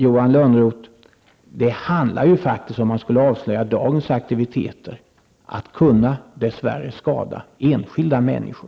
Johan Lönnroth, om man skulle avslöja dagens aktiviteter skulle man dess värre kunna skada enskilda människor.